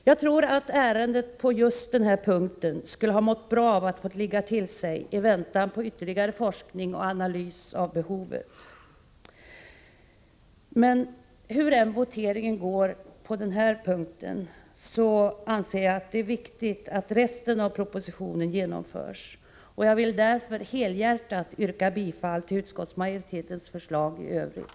Jag tror att ärendet på just den här punkten hade mått bra av att få ligga till sig i väntan på ytterligare forskning och analys. Hur än voteringen går i den här frågan anser jag det viktigt att övriga delar av propositionen genomförs. Därför yrkar jag helhjärtat bifall till utskottsmajoritetens förslag i övrigt.